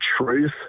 truth